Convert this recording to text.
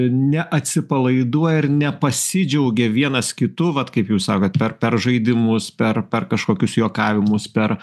neatsipalaiduoja ir nepasidžiaugia vienas kitu vat kaip jūs sakot per per žaidimus per per kažkokius juokavimus per